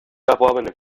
erworbene